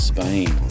Spain